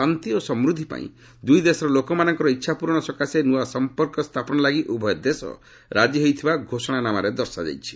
ଶାନ୍ତି ଓ ସମୃଦ୍ଧି ପାଇଁ ଦୁଇ ଦେଶର ଲୋକମାନଙ୍କର ଇଚ୍ଛା ପୂରଣ ସକାଶେ ନୂଆ ସମ୍ପର୍କ ସ୍ଥାପନ ଲାଗି ଉଭୟ ଦେଶ ରାଜି ହୋଇଥିବା ଘୋଷଣା ନାମାରେ ଦର୍ଶାଯାଇଛି